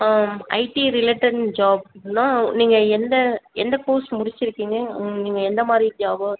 ID related ஜாப்னால் நீங்கள் எந்த எந்த கோர்ஸ் முடிச்சிருக்கீங்கள் நீங்கள் எந்த மாதிரி ஜாவா